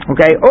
Okay